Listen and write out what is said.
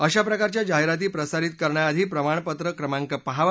अशा प्रकारच्या जाहिराती प्रसारित करण्याआधी प्रमाणपत्र क्रमांक पाहावा